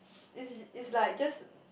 is is like just